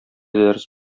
дәрес